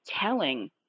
telling